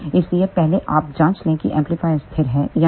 इसलिए पहले आप जांच लें कि एम्पलीफायर स्थिर है या नहीं